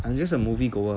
I'm just a movie goer